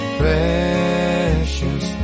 precious